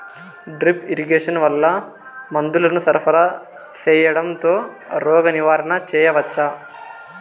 Drip irrigation వల్ల మందులను సరఫరా సేయడం తో రోగ నివారణ చేయవచ్చా?